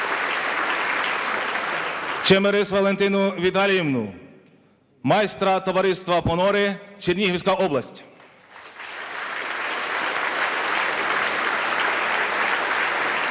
Чемерис Валентину Віталіївну, майстра товариства "Понори", Чернігівська область. Присвоєно